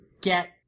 get